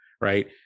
right